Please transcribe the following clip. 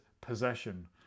possession